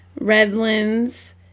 Redlands